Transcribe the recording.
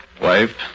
Wife